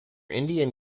indian